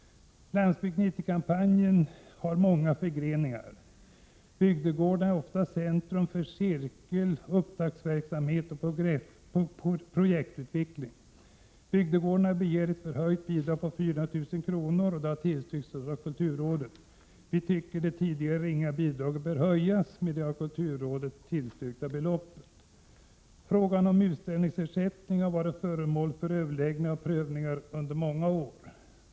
Landsbygd 90-kampanjen har många förgreningar. Bygdegårdarna är ofta centrum för cirkeloch uppdragsverksamhet samt för projektutveckling. Bygdegårdarna begär ett med 400 000 kr. förhöjt bidrag, vilket har tillstyrkts av kulturrådet. Vi tycker att det tidigare ringa bidraget bör höjas med det av kulturrådet tillstyrkta beloppet. Frågan om utställningsersättning har varit föremål för överläggningar och prövningar under många år.